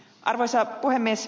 arvoisa puhemies